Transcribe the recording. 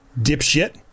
Dipshit